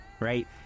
right